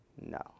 No